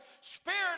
Spirit